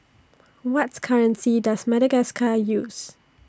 What's currency Does Madagascar use